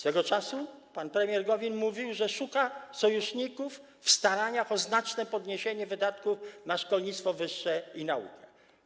Swego czasu pan premier Gowin mówił, że szuka sojuszników w staraniach o znaczne podniesienie wydatków na szkolnictwo wyższe i naukę.